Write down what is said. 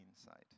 inside